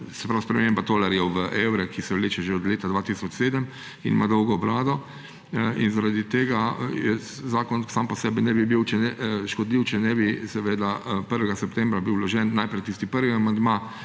sprememba tolarjev v evre, ki se vleče že od leta 2007 in ima dolgo brado. Zakon sam po sebi ne bi bil škodljiv, če ne bi bil 1. septembra vložen najprej tisti prvi